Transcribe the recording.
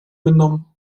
minnhom